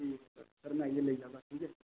ठीक फिर में आइयै लेई जाह्गा ठीक ऐ